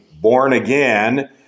born-again